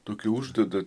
tokį uždeda